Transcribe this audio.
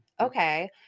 okay